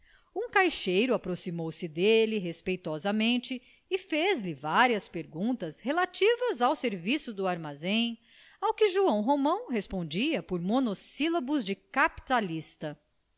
um caixeiro aproximou-se dele respeitosamente e fez-lhe várias perguntas relativas ao serviço do armazém ao que joão romão respondia por monossílabos de capitalista